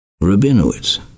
Rabinowitz